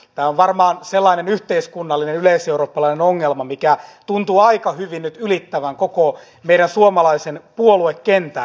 tämä on varmaan sellainen yhteiskunnallinen yleiseurooppalainen ongelma mikä tuntuu aika hyvin nyt ylittävän koko meidän suomalaisen puoluekentän